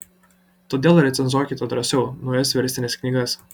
todėl recenzuokite drąsiau naujas verstines knygas